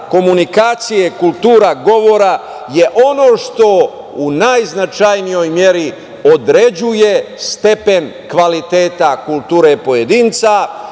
komunikacije, kultura govora je ono što u najznačajnijoj meri određuje stepen kvaliteta kulture pojedinca,